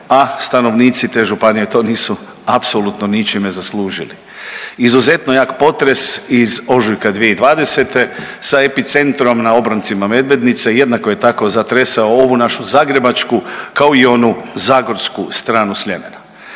a stanovnici te županije to nisu apsolutno ničime zaslužili. Izuzetno jak potres iz ožujka 2020. sa epicentrom na obroncima Medvednice jednako je tako zatresao ovu našu zagrebačku kao i onu zagorsku stranu Sljemena.